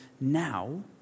now